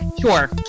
Sure